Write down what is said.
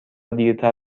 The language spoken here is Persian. دیرتر